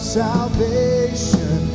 salvation